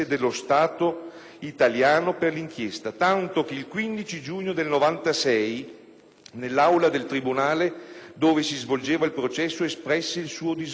italiano per l'inchiesta, tanto che il 15 giugno 1996, nell'aula del tribunale dove si svolgeva il processo, espresse il suo disappunto.